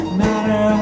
matter